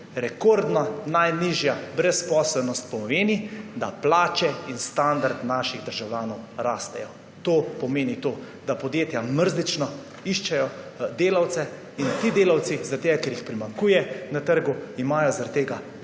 Rekordna najnižja brezposelnost pomeni, da plače in standard naših državljanov rastejo. To pomeni to, da podjetja mrzlično iščejo delavce, in ti delavci, zaradi tega ker jih primanjkuje na trgu, imajo zaradi